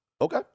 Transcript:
Okay